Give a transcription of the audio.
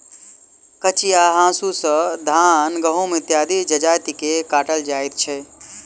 कचिया हाँसू सॅ धान, गहुम इत्यादि जजति के काटल जाइत छै